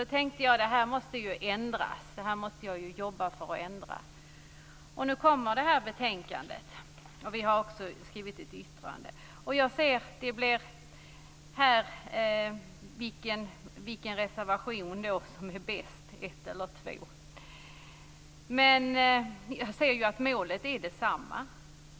Då tänkte jag att det här måste jag jobba för att ändra på. Nu kommer det här betänkandet, och vi har också skrivit ett yttrande. Vilken reservation är då bäst, nr 1 eller 2? Målet i dem är detsamma.